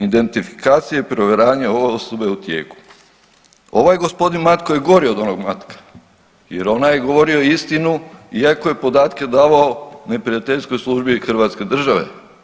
Identifikacija i provjeravanje ove osobe je u tijeku.“ Ovaj gospodin Matko je gori od onog Matka jer onaj je govorio istinu, iako je podatke davao neprijateljskoj službi Hrvatske države.